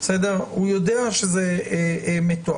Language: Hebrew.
הוא יודע שזה מתועד,